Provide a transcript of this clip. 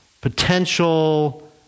Potential